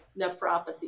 nephropathy